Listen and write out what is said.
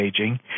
aging